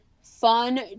fun